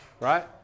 right